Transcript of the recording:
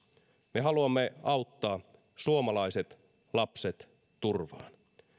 me haluamme auttaa suomalaiset lapset turvaan